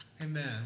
amen